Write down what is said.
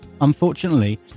unfortunately